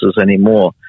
anymore